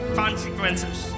consequences